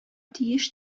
тиеш